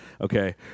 Okay